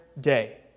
day